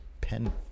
pen